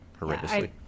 horrendously